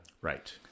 right